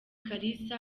kalisa